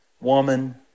woman